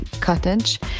cottage